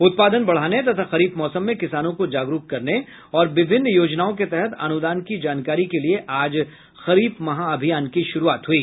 उत्पादन बढाने तथा खरीफ मौसम में किसानों को जागरूक करने और विभिन्न योजनाओं के तहत अनुदान की जानकारी के लिए आज खरीफ महाभियान की शुरूआत हुई